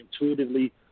intuitively